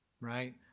right